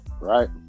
right